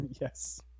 Yes